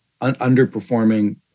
Underperforming